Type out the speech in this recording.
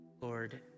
Lord